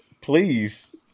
please